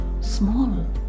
small